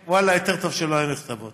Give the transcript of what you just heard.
ואללה, יותר טוב שהן לא היו נכתבות.